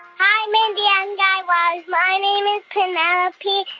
hi, mindy and guy raz. my name is penelope.